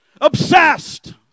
obsessed